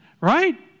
Right